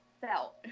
felt